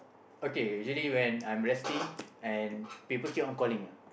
okay usually when I'm resting and people keep on calling ah